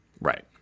Right